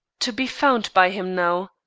to be found by him now,